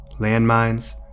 landmines